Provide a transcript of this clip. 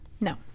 No